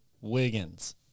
Wiggins